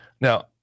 Now